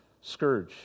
scourge